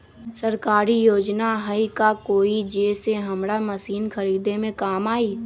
सरकारी योजना हई का कोइ जे से हमरा मशीन खरीदे में काम आई?